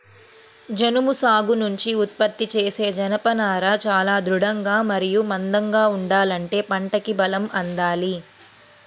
జనుము సాగు నుంచి ఉత్పత్తి చేసే జనపనార చాలా దృఢంగా మరియు మందంగా ఉండాలంటే పంటకి బలం అందాలి